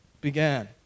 began